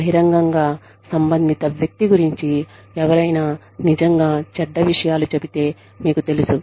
బహిరంగంగా సంబంధిత వ్యక్తి గురించి ఎవరైనా నిజంగా చెడ్డ విషయాలు చెబితే మీకు తెలుసు